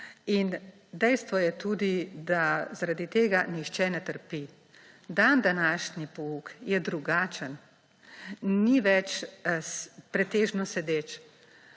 in dejstvo je tudi, da zaradi tega nihče ne trpi. Dandanašnji pouk je drugačen. Ni več pretežno sedeč,